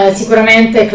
sicuramente